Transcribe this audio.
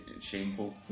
shameful